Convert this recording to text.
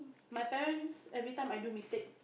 my parents every time I do mistake